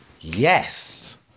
Yes